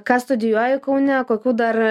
ką studijuoji kaune kokių dar